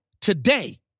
today